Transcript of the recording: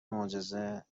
معجزه